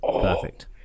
Perfect